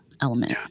element